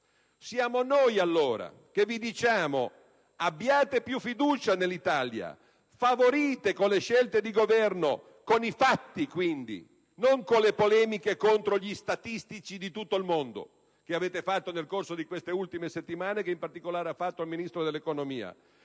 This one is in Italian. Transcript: Siamo noi, allora, che vi diciamo: abbiate più fiducia nell'Italia, favorite con le scelte di governo (con i fatti, quindi, non con le polemiche contro gli statistici di tutto il mondo che avete fatto nel corso di queste ultime settimane, in particolare il Ministro dell'economia)